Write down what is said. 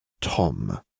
Tom